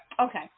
Okay